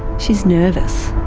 she's nervous.